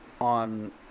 on